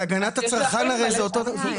בהגנת הצרכן זה אותו דבר.